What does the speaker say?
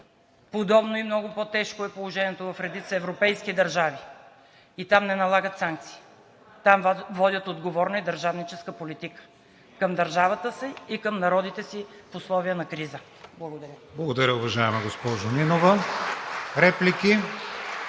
подобно и много по-тежко е положението в редица европейски държави и там не налагат санкции, там водят отговорна и държавническа политика – към държавата си и към народите си в условия на криза. Благодаря. (Ръкопляскания от „БСП за